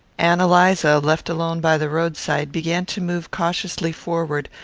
ann eliza, left alone by the roadside, began to move cautiously forward,